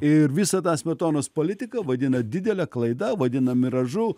ir visada smetonos politiką vadina didele klaida vadina miražu